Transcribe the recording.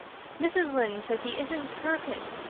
mrs. lynde says he isn't perfect,